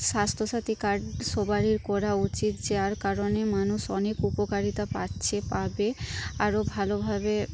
Swasthya Sathi card সবারই করা উচিত যার কারণে মানুষ অনেক উপকারিতা পাচ্ছে পাবে আরও ভালোভাবে